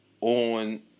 On